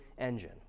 engine